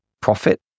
profit